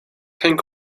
hang